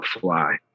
fly